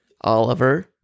Oliver